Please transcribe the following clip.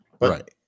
right